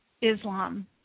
Islam